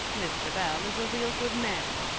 mr. bell is a real good man.